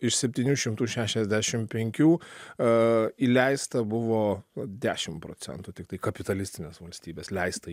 iš septynių šimtų šešiasdešimt penkių įleista buvo dešimt procentų tiktai kapitalistines valstybes leista į